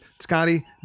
Scotty